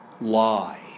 lie